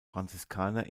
franziskaner